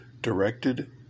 directed